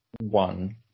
One